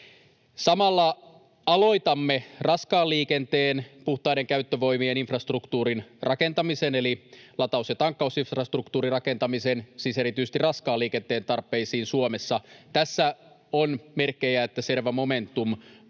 Samalla aloitamme raskaan liikenteen puhtaiden käyttövoimien infrastruktuurin rakentamisen eli lataus- ja tankkausinfrastruktuurin rakentamisen siis erityisesti raskaan liikenteen tarpeisiin Suomessa. Tässä on merkkejä, että selvä momentum